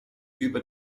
über